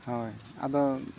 ᱦᱳᱭ ᱟᱫᱚ